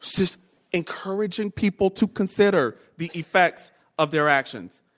just encouraging people to consider the effects of their actions.